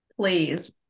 please